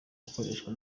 akoreshwa